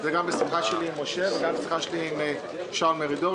זה גם בשיחה שלי עם משה וגם בשיחה שלי עם שאול מרידור,